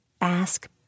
Ask